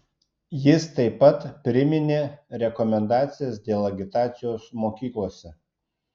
jis taip pat priminė rekomendacijas dėl agitacijos mokyklose